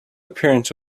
appearance